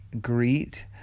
greet